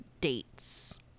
dates